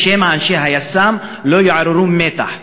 שמא אנשי היס"מ יעוררו מתח.